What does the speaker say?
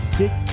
dick